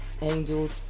angels